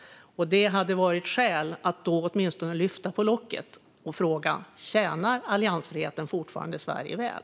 Det hade varit skäl att då åtminstone lyfta på locket och fråga: Tjänar alliansfriheten fortfarande Sverige väl?